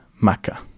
Makkah